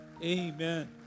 Amen